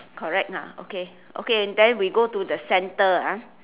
correct ah okay okay then we go to the center ah